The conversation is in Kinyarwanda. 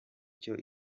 cyo